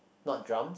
not drums